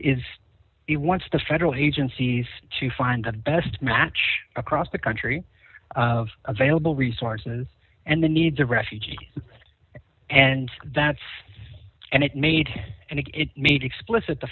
is he wants the federal agencies to find the best match across the country of available resources and the needs of refugees and that's and it made and it made explicit the